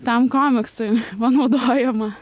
tam komiksui panaudojama